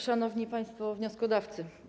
Szanowni Państwo Wnioskodawcy!